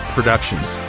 Productions